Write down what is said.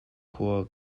khua